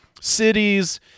cities